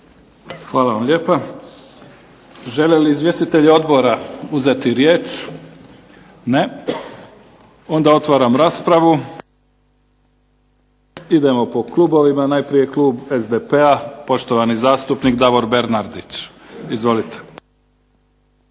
Hvala vam lijepa. Žele li izvjestitelji odbora uzeti riječ? Ne. Onda otvaram raspravu. Idemo po klubovima. Najprije je klub SDP-a, poštovani zastupnik Davor Bernardić. Izvolite.